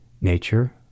nature